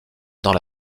dans